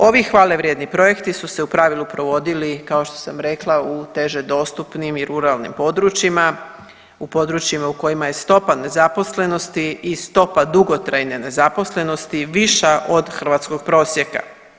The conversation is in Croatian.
Ovi hvale vrijedni projekti su se u pravilu provodili, kao što sam rekla u teže dostupnim i ruralnim područjima, u područjima u kojima je stopa nezaposlenosti i stopa dugotrajne nezaposlenosti viša od hrvatskog prosjeka.